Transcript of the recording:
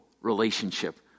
relationship